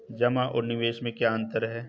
जमा और निवेश में क्या अंतर है?